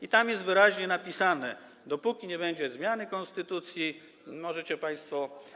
i tam jest wyraźnie napisane: dopóki nie będzie zmiany konstytucji, możecie państwo.